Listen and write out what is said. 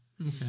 Okay